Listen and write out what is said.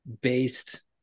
based